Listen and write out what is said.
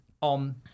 on